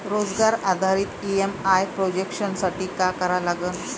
रोजगार आधारित EMI projection साठी का करा लागन?